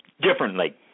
differently